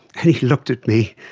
and he looked at me,